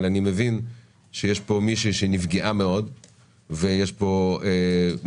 אבל אני מבין שיש פה מישהי שנפגעה מאוד ויש פה מישהו